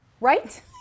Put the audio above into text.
Right